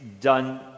done